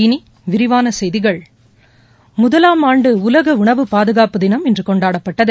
இனிவிரிவானசெய்திகள் முதலாம் ஆண்டுஉலகஉணவு பாதுகாப்புத்தினம் இன்றுகொண்டாடப்பட்டது